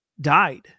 died